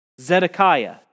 Zedekiah